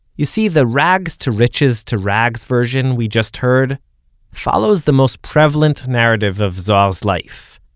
you see, the rags-to-riches-to-rags version we just heard follows the most prevalent narrative of zohar's life.